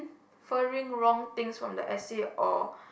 ~ferring wrong things from the essay or